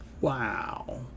Wow